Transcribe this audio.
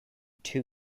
two